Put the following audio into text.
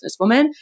businesswoman